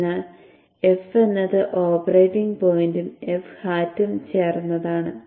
അതിനാൽ f എന്നത് operating പോയിന്റും f hat ഉം ചേർന്നതാണ്